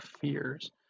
fears